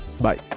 bye